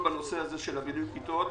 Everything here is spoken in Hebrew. בנושא בינוי הכיתות